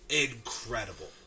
Incredible